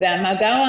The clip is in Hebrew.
והמאגר,